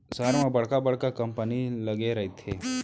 सहर म बड़का बड़का कंपनी लगे रहिथे